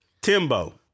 Timbo